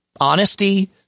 honesty